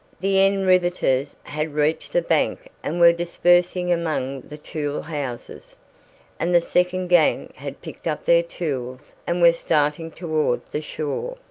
the end riveters had reached the bank and were dispersing among the tool-houses, and the second gang had picked up their tools and were starting toward the shore.